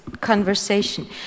conversation